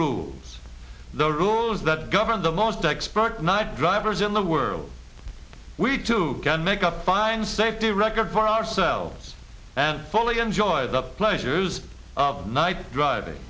rule the rules that govern the most expert knife drivers in the world we too can make a fine safety record for ourselves and fully enjoy the pleasures of night driving